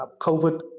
COVID